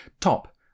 Top